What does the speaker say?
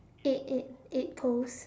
eight eight eight poles